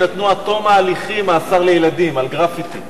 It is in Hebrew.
הם נתנו מעצר עד תום ההליכים לילדים על גרפיטי.